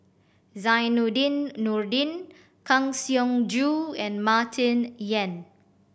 Zainudin Nordin Kang Siong Joo and Martin Yan